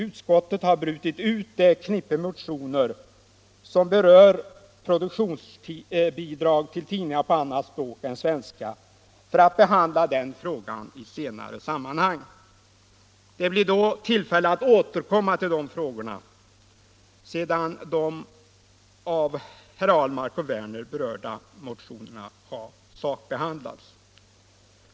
Utskottet har brutit ut ett knippe motioner som berör produktionsbidrag till tidningar på annat språk än svenska för att behandla den frågan i senare sammanhang. Det blir alltså tillfälle att återkomma, sedan de av herrar Ahlmark och Werner i Malmö berörda motionerna har sakbehandlats.